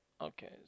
Okay